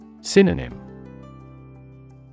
Synonym